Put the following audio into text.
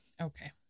Okay